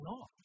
off